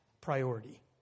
priority